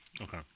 Okay